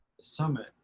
summit